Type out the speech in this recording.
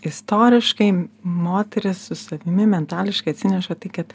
istoriškai moterys su savimi mentališkai atsineša tai kad